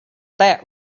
that